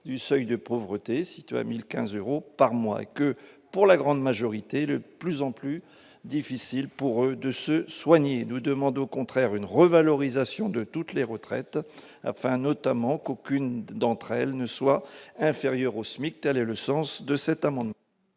du seuil de pauvreté, situé à 1 015 euros par mois. Pour la grande majorité d'entre eux, il est même de plus en plus difficile de se soigner. Nous demandons au contraire une revalorisation de toutes les retraites, afin qu'aucune d'entre elles notamment ne soit inférieure au SMIC. Tel est le sens de cet amendement.